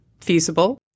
feasible